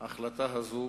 ההחלטה הזו